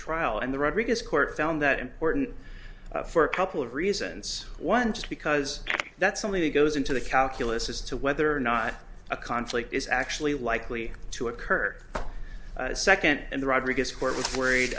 trial and the rodriguez court found that important for a couple of reasons one just because that's something that goes into the calculus as to whether or not a conflict is actually likely to occur nd and the rodriguez court was worried